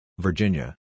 Virginia